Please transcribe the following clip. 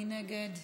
מי נגד?